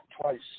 twice